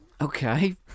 Okay